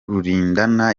rulindana